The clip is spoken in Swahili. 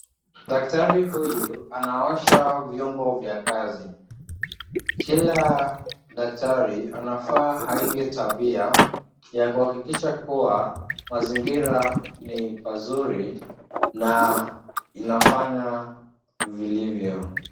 Daktari huyu anaosha vyombo vya kazi. Kila daktari anafaa aige tabia ya kuhakikisha kuwa mazingira ni pazuri na inafanya vilivyo.